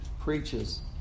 preaches